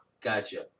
gotcha